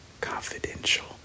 Confidential